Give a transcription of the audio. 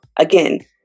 Again